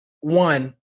One